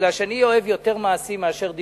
כי אני אוהב יותר מעשים מאשר דיבורים.